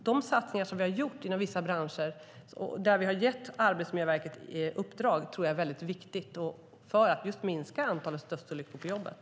De satsningar som vi har gjort inom vissa branscher, där vi har gett Arbetsmiljöverket uppdrag, tror jag är viktigt för att just minska antalet dödsolyckor på jobbet.